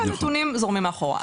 והנתונים זורמים מאחורה.